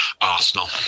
Arsenal